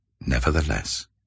Nevertheless